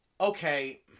Okay